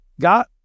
got